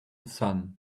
sun